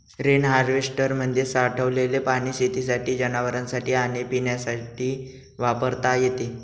rain हार्वेस्टरमध्ये साठलेले पाणी शेतीसाठी, जनावरांनासाठी आणि पिण्यासाठी वापरता येते